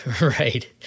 Right